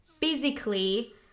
physically